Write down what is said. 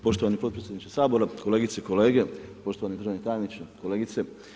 Poštovani potpredsjedniče Sabora, kolegice i kolege, poštovani državni tajniče, kolegice.